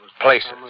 places